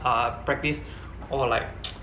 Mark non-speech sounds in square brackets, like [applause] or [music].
err practice or like [noise]